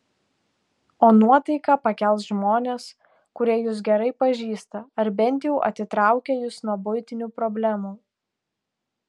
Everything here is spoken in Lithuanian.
o nuotaiką pakels žmonės kurie jus gerai pažįsta ar bent jau atitraukia jus nuo buitinių problemų